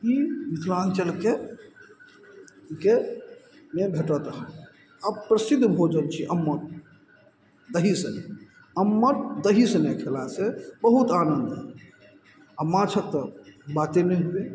ई मिथिलाञ्चलमे भेटत आ प्रसिद्ध भोजन छी अम्मट दही संगे अम्मट दही संगे नहि खेला सऽ बहुत आनन्द आ माछक तऽ बाते नहि हुए